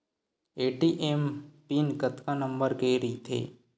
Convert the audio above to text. ATM pin कतका number के रही थे?